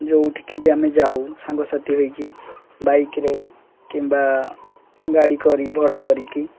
ଯେଉଁଠିକି ବି ଆମେ ଯାଉ ସାଙ୍ଗସାଥି ହେଇକି ବାଇକ୍ରେ କିମ୍ବା ଗାଡ଼ି କରି ଭଡ଼ା କରିକି